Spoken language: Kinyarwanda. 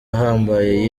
ahambaye